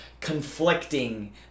conflicting